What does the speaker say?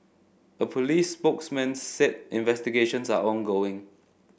a police spokesman said investigations are ongoing